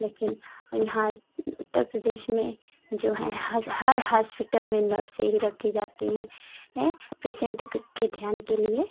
लेकिन और यहाँ उत्तर प्रदेश में जो हैं हज हर हास्पिटल में नर्सें ही रखी जाती हैं पेशेंट के के ध्यान के लिए